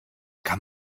kann